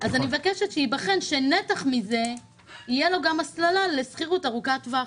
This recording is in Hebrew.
אני מבקשת שייבחן שנתח מזה יהיה לו גם הסללה לשכירות ארוכת טווח.